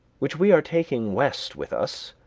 which we are taking west with us,